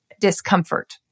discomfort